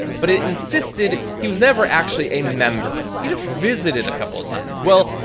but it insisted he was never actually a member. he just visited a couple of times. well,